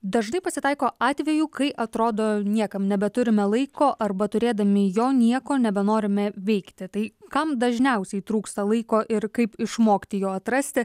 dažnai pasitaiko atvejų kai atrodo niekam nebeturime laiko arba turėdami jo nieko nebenorime veikti tai kam dažniausiai trūksta laiko ir kaip išmokti jo atrasti